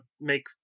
make